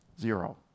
zero